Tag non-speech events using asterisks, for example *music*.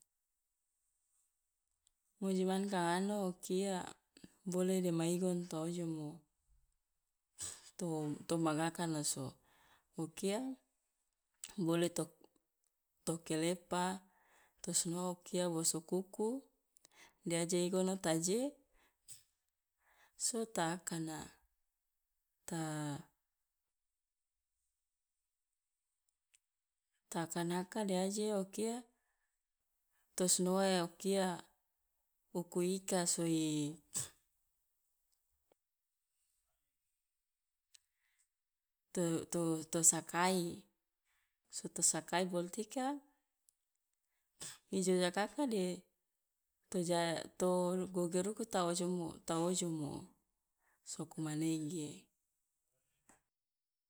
Ngoji mane ka ngano o kia bole dema igon to ojomo, to to magakana so o kia bole to to kelepa to sinoa o kia boso kuku de aje igono ta je so ta akana. Ta ta akana ka de aje o kia to sinoa o kia uku ika soi to to to sakai so to sakai bol tika *noise* i jojaka ka de to ja to gogere uku ta ojomo ta ojomo, soko manege.